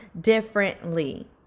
differently